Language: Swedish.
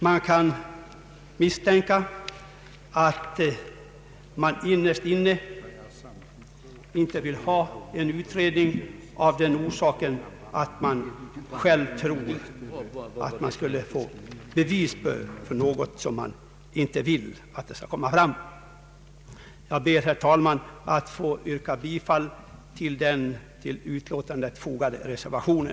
Man kan misstänka att utskottet innerst inne inte vill tillsätta en utredning därför att en sådan skulle kunna bevisa något som man inte vill ha bevisat. Jag ber, herr talman, att få yrka bifall till den vid utlåtandet fogade reservationen.